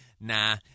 nah